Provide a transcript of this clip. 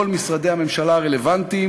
כל משרדי הממשלה הרלוונטיים,